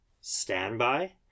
standby